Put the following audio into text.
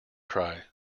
cry